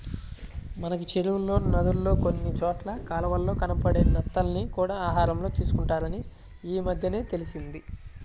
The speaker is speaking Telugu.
మనకి చెరువుల్లో, నదుల్లో కొన్ని చోట్ల కాలవల్లో కనబడే నత్తల్ని కూడా ఆహారంగా తీసుకుంటారని ఈమద్దెనే తెలిసింది